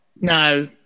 No